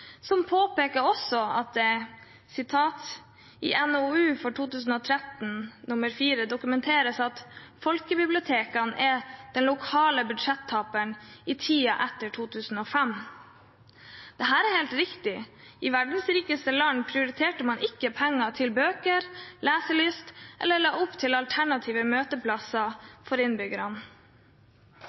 som påpeker at «det i NOU 2013:4 dokumenteres at folkebibliotekene er den lokale budsjettaperen i tiden etter 2005». Dette er helt riktig. I verdens rikeste land prioriterte man ikke penger til bøker og leselyst eller la opp til alternative møteplasser for innbyggerne.